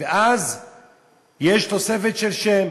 ואז יש תוספת של שם,